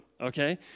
Okay